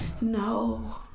No